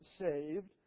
saved